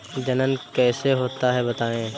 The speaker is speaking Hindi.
जनन कैसे होता है बताएँ?